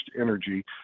Energy